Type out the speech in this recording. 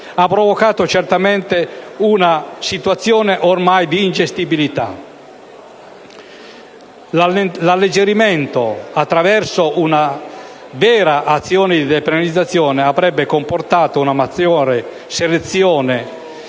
ha provocato certamente una situazione ormai di ingestibilità. L'alleggerimento dell'emergenza attraverso una vera azione di depenalizzazione avrebbe comportato una maggiore selezione